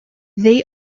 they